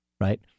Right